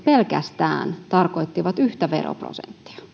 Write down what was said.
pelkästään valtionosuusleikkaukset tarkoittivat yhtä veroprosenttia